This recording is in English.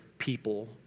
people